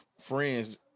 friends